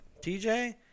TJ